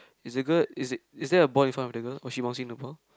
is the girl is it is there a boy in front of the girl or she bouncing the ball